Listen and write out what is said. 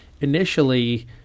initially